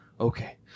okay